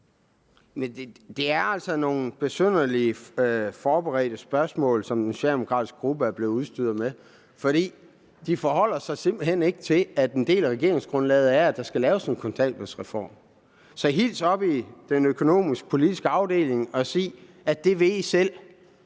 Det er altså nogle besynderligt forberedte spørgsmål, den socialdemokratiske gruppe er blevet udstyret med, for de forholder sig simpelt hen ikke til, at en del af regeringsgrundlaget er, at der skal laves en kontanthjælpsreform. Så hils oppe i den økonomisk-politiske afdeling og sig, at det vil